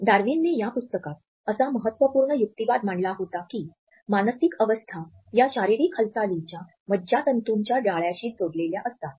डार्विनने या पुस्तकात असा महत्त्वपूर्ण युक्तिवाद मांडला होता की मानसिक अवस्था या शारीरिक हालचालीच्या मज्जातंतूच्या जाळ्याशी जोडलेल्या असतात